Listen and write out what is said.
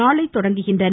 நாளை தொடங்குகின்றன